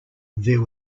there